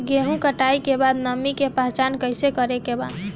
गेहूं कटाई के बाद नमी के पहचान कैसे करेके बा?